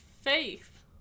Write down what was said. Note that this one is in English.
Faith